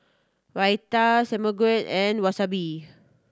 Raita Samgeyopsal and Wasabi